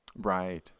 Right